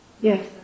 Yes